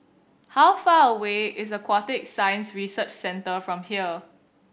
how far away is Aquatic Science Research Centre from here